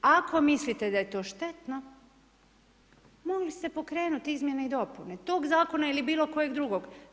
Ako mislite da je to štetno, mogli ste pokrenuti izmjene i dopune tog Zakona ili bilo kojeg drugog.